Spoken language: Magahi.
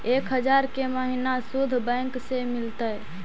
एक हजार के महिना शुद्ध बैंक से मिल तय?